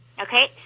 Okay